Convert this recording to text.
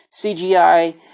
CGI